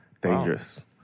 Dangerous